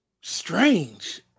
strange